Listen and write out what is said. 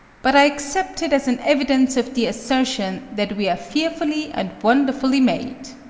but i accept it as an evidence of the assertion that we are fearfully and wonderfully made.